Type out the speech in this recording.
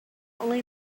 only